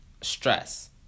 Stress